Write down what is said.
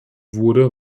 wurde